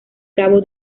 cabo